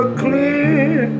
clear